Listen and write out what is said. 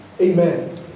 Amen